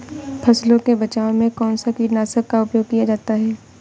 फसलों के बचाव में कौनसा कीटनाशक का उपयोग किया जाता है?